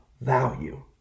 value